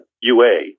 UA